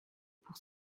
pour